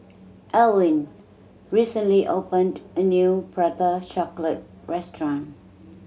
Elwyn recently opened a new Prata Chocolate restaurant